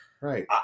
Right